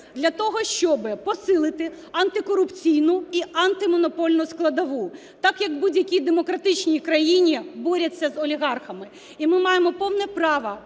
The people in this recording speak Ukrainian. для того, щоб посилити антикорупційну і антимонопольну складову, так, як у будь-якій демократичній країні борються з олігархами. І ми маємо повне право